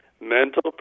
mental